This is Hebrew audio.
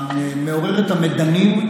מעוררת המדנים,